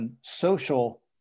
social